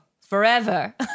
forever